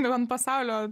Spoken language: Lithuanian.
jau ant pasaulio